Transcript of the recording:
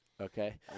Okay